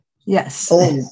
Yes